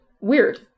weird